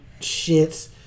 shits